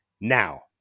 now